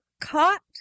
caught